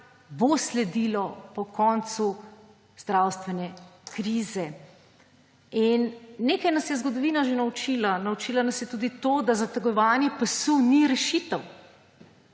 bo sledilo po koncu zdravstvene krize. Nekaj nas je zgodovina že naučila, naučila nas je tudi tega, da zategovanje pasu ni rešitev